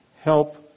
help